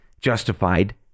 justified